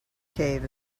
cave